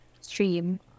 stream